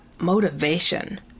motivation